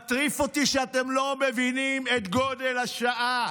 מטריף אותי שאתם לא מבינים את גודל השעה.